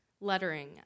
Lettering